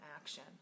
action